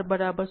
આમ r 0